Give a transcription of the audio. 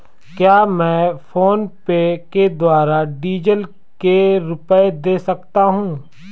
क्या मैं फोनपे के द्वारा डीज़ल के रुपए दे सकता हूं?